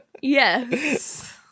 Yes